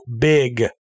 big